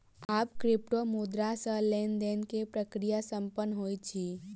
आब क्रिप्टोमुद्रा सॅ लेन देन के प्रक्रिया संपन्न होइत अछि